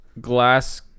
glass